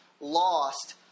lost